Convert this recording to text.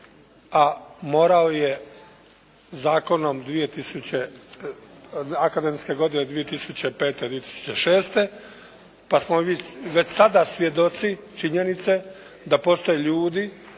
a morao je zakonom 2 tisuće, akademske godine 2005./2006. pa smo mi već sada svjedoci činjenice da postoje ljudi